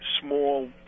small